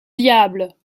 diable